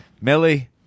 Millie